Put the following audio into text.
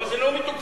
אבל זה לא מתוקצב.